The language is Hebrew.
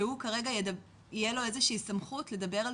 שהוא כרגע יהיה לו איזה שהיא סמכות לדבר על